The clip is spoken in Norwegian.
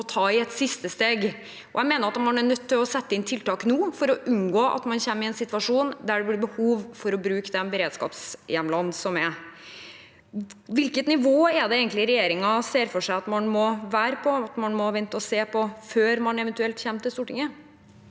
må ta i et siste steg. Jeg mener man er nødt til å sette inn tiltak nå for å unngå at man kommer i en situasjon der det blir behov for å bruke de beredskapshjemlene vi har. Hvilket nivå er det egentlig regjeringen ser for seg at man må være på, at man må vente og se på, før man eventuelt kommer til Stortinget?